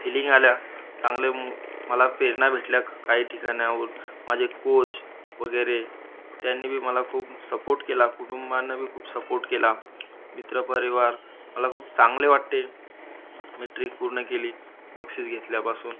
feeling आल्या चांगले मू मला प्रेरणा भेटल्या ख काही ठिकाणाहून माझे कोच वगैरे त्यांनी बी मला खूप सपोर्ट केला कुटुंबानं बी खूप सपोर्ट केला मित्रपरिवार मला खूप चांगले वाटते मी ट्रिक पूर्ण केली बक्षीस घेतल्यापासून